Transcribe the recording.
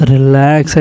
Relax